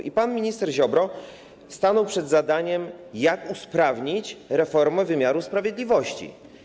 I pan minister Ziobro stanął przed zadaniem: jak usprawnić reformę wymiaru sprawiedliwości.